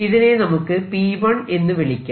ഇതിനെ നമുക്ക് P1 എന്ന് വിളിക്കാം